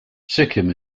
sikkim